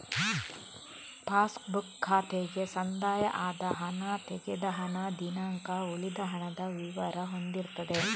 pass book ಖಾತೆಗೆ ಸಂದಾಯ ಆದ ಹಣ, ತೆಗೆದ ಹಣ, ದಿನಾಂಕ, ಉಳಿದ ಹಣದ ವಿವರ ಹೊಂದಿರ್ತದೆ